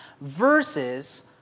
Versus